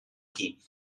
aquí